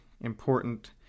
important